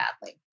badly